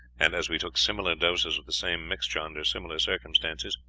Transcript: and as we took similar doses of the same mixture, under similar circumstances,